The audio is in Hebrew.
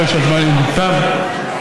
אני רואה שזמננו תם,